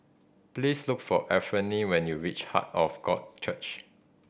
please look for Anfernee when you reach Heart of God Church